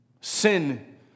Sin